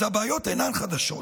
אז הבעיות אינן חדשות,